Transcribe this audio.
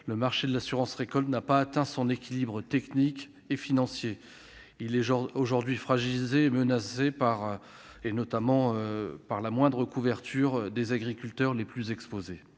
le marché de l'assurance récolte n'a pas atteint son équilibre technique et financier. Il est aujourd'hui fragilisé et il existe un risque de moindre couverture des agriculteurs les plus exposés.